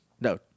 No